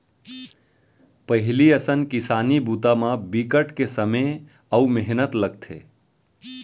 पहिली असन किसानी बूता म बिकट के समे अउ मेहनत लगथे